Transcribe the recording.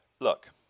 Look